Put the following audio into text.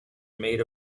maid